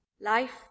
Life